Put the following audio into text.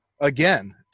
Again